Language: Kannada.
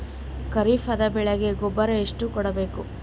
ಖರೀಪದ ಬೆಳೆಗೆ ಗೊಬ್ಬರ ಎಷ್ಟು ಕೂಡಬೇಕು?